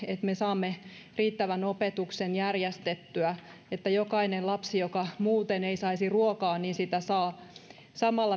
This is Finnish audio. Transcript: me saamme riittävän opetuksen järjestettyä että jokainen lapsi joka muuten ei saisi ruokaa sitä saa samalla